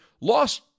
lost